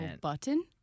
Button